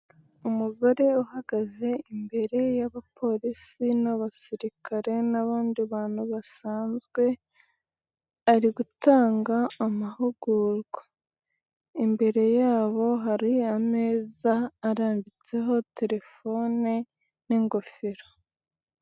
Umugore uhagaze imbere y'abapolisi n'abasirikare n'abandi bantu basanzwe ari gutanga amahugurwa, imbere yabo hari ameza arambitseho telefone n'ingofero.